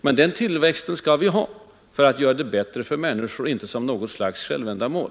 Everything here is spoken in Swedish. Men tillväxt skall vi ha för att göra det bättre för människorna, inte som något slags självändamål.